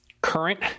current